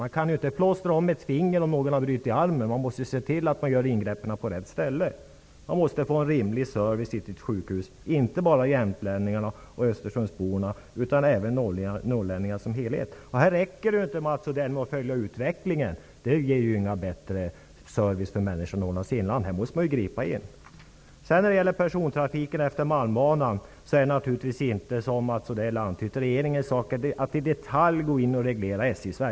Man kan inte plåstra om ett finger om någon har brutit armen. Ingreppen måste göras på rätt ställe. Det är inte bara jämtlänningarna och östersundsborna som skall få en rimlig service för att komma till sitt sjukhus, utan även norrlänningarna som helhet. Det räcker inte, Mats Odell, med att följa utveckling här. Det ger inte bättre service för människorna i Norrlands inland. Här måste man gripa in. När det gäller persontrafiken efter malmbanan är det naturligtvis inte regeringens sak att i detalj gå in och reglera SJ:s verksamhet.